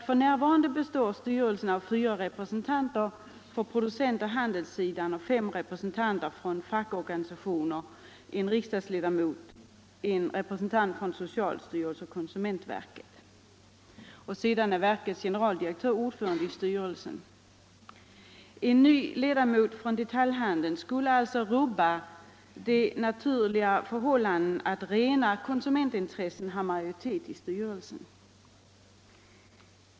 F. n. består styrelsen av fyra representanter för producent och handelssidan, fem representanter för konsumentsidan genom företrädare för fackorganisationerna, en riksdagsledamot, en representant för socialstyrelsen och konsumentverket. Livsmedelsverkets generaldirektör är ordförande i styrelsen. En ny ledamot från detaljhandeln skulle rubba det naturliga förhållandet att rena konsumentintressen har majoritet i styrelsen.